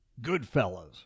Goodfellas